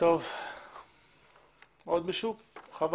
עוד מישהו רוצה להתייחס?